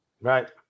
right